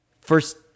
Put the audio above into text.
first